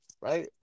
right